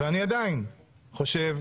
ואני עדיין חושב,